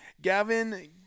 Gavin